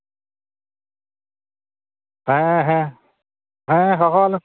ᱦᱮᱸ ᱦᱮᱸ ᱦᱮᱸ ᱦᱚᱦᱚᱣᱟᱞᱮᱢᱮ